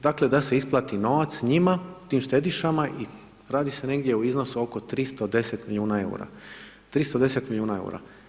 Dakle da se isplati novac njima, tim štedišama i radi se negdje o iznosu oko 310 milijuna eura, 310 milijuna eura.